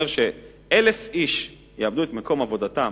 אומר ש-1,000 איש יאבדו את מקומות עבודתם,